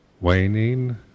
waning